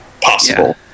possible